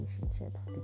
relationships